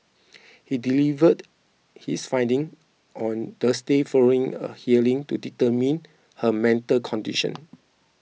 he delivered his findings on Thursday following a hearing to determine her mental condition